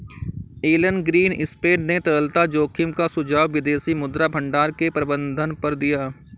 Elon Greenspan ने तरलता जोखिम का सुझाव विदेशी मुद्रा भंडार के प्रबंधन पर दिया